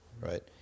Right